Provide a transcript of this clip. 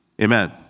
Amen